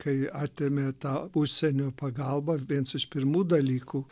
kai atėmė tą užsienio pagalbą viens iš pirmų dalykų